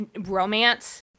romance